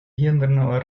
гендерного